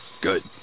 good